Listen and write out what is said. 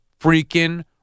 freaking